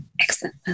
Excellent